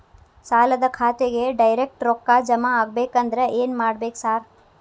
ಸಾಲದ ಖಾತೆಗೆ ಡೈರೆಕ್ಟ್ ರೊಕ್ಕಾ ಜಮಾ ಆಗ್ಬೇಕಂದ್ರ ಏನ್ ಮಾಡ್ಬೇಕ್ ಸಾರ್?